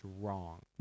wrong